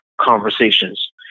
conversations